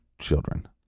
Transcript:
children